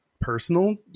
personal